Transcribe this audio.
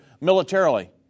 militarily